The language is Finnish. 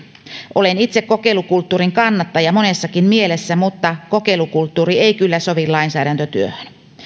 olen itse kokeilukulttuurin kannattaja monessakin mielessä mutta kokeilukulttuuri ei kyllä sovi lainsäädäntötyöhön